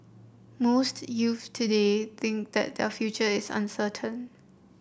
most youths today think that their future is uncertain